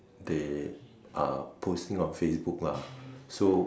they are posting on Facebook lah so